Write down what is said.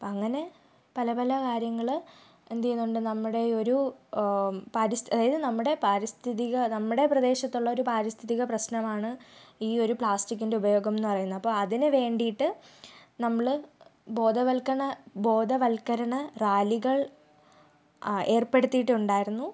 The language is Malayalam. അങ്ങനെ പല പല കാര്യങ്ങൾ എന്ത് ചെയ്യുന്നുണ്ട് നമ്മുടെ ഈ ഒരു പാരിസ്ത് അതായത് നമ്മുടെ പാരിസ്ഥിതിക നമ്മുടെ പ്രദേശത്തുള്ള ഒരു പാരിസ്ഥിതിക പ്രശ്നമാണ് ഈ ഒരു പ്ലാസ്റ്റിക്കിൻ്റെ ഉപയോഗം എന്ന് പറയുന്നത് അപ്പോൾ അതിന് വേണ്ടിയിട്ട് നമ്മൾ ബോധവൽകരണ ബോധവൽകരണ റാലികൾ ഏർപ്പെടുത്തിയിട്ടുണ്ടായിരുന്നു